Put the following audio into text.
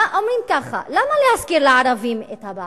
הם אומרים ככה: למה להזכיר לערבים את הבעיה?